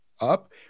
up